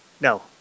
no